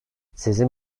sizin